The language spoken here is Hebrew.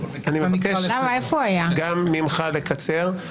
אני מבקש גם ממך לקצר,